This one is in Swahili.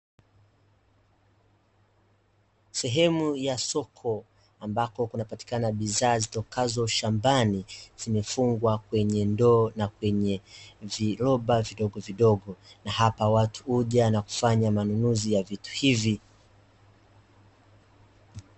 Sehemu ya soko ambako kunapatikana bidhaa zitokazo shambani, zimefungwa kwenye ndoo na kwenye viroba vidogovidogo, na hapa watu huja na kufanya manunuzi ya vitu hivi.